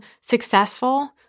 successful